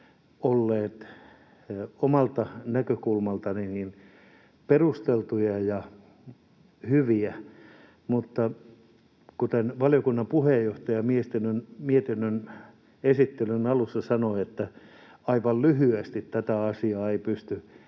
olleet omasta näkökulmastani perusteltuja ja hyviä. Kun valiokunnan puheenjohtaja mietinnön esittelyn alussa sanoi, että aivan lyhyesti tätä asiaa ei pysty